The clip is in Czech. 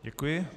Děkuji.